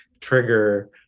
trigger